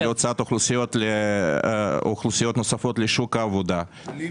להוצאת אוכלוסיות נוספות לשוק העבודה.